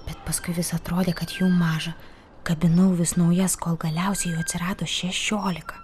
bet paskui vis atrodė kad jų maža kabinau vis naujas kol galiausiai jų atsirado šešiolika